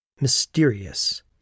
mysterious